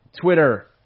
Twitter